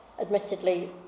Admittedly